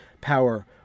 power